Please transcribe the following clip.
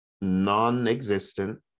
non-existent